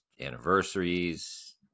anniversaries